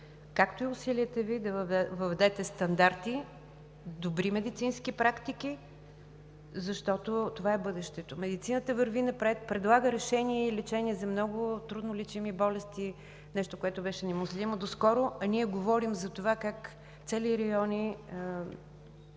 както усилията Ви да въведете стандарти в добри медицински практики, защото това е бъдещето. Медицината върви напред, предлага решения и лечения за много труднолечими болести – нещо, което беше немислимо доскоро, а ние говорим за това как цели райони